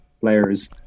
players